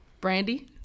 Brandy